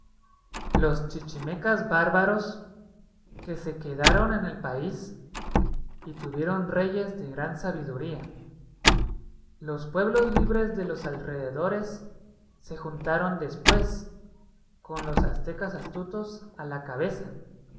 los chichimecas bárbaros que se quedaron en el país y tuvieron reyes de gran sabiduría los pueblos libres de los alrededores se juntaron después con los aztecas astutos a la cabeza